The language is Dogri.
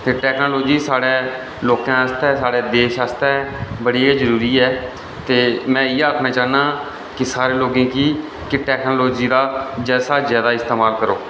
ते टेकनोलोजी साढ़े लोकें आस्तै साढ़ै देश आस्तै बड़ी गै जरूरी ऐ ते मीं इ'यै आखना चाह्न्नां कि सारे लोकें गी टेकनोलोजी दा ज्यादा शा ज्यादा इस्तेमाल करो